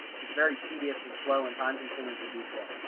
it's very tedious and slow and time consuming to do. so.